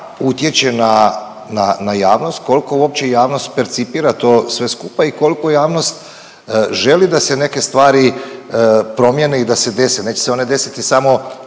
utječe na javnost, koliko uopće javnost percipira to sve skupa i koliko javnost želi da se neke stvari promjene i da se dese? Neće se one desiti samo